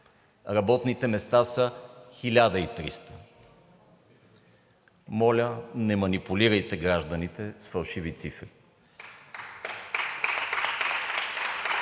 работните места са 1300. Моля, не манипулирайте гражданите с фалшиви цифри.